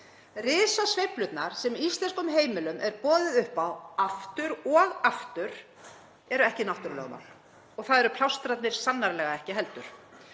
Risasveiflurnar sem íslenskum heimilum er boðið upp á aftur og aftur eru ekki náttúrulögmál. Það eru plástrarnir sannarlega ekki heldur.